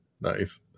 nice